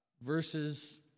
verses